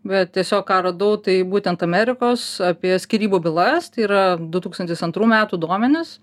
bet tiesiog ką radau tai būtent amerikos apie skyrybų bylas tai yra du tūkstantis antrų metų duomenys